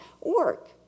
work